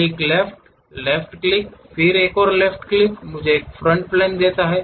click left click फिर एक और लेफ्ट क्लिक मुझे एक फ्रंट प्लेन देता है